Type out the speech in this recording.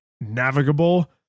navigable